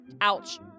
ouch